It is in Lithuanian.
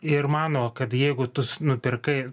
ir mano kad jeigu tu nupirkai